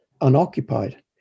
unoccupied